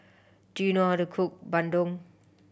do you know how to cook bandung